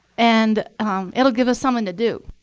and it'll give us something to do.